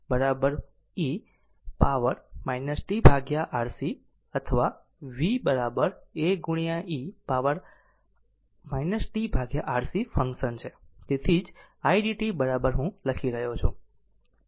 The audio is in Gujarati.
તેથી vA e power tRC or v A e power r tRC function છે તેથી જ i dt બરાબર લખી રહ્યો છું